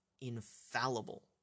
infallible